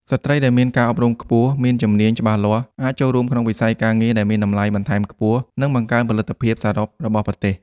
ស្ត្រីដែលមានការអប់រំខ្ពស់មានជំនាញច្បាស់លាស់ អាចចូលរួមក្នុងវិស័យការងារដែលមានតម្លៃបន្ថែមខ្ពស់ និងបង្កើនផលិតភាពសរុបរបស់ប្រទេស។